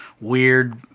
weird